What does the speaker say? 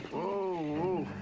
oh.